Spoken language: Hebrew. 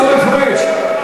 עיסאווי פריג',